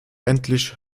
endlich